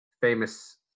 famous